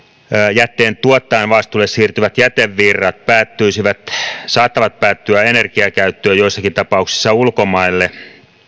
jätteentuottajan vastuulle siirtyvät jätevirrat saattavat päätyä energiakäyttöön joissakin tapauksissa ulkomaille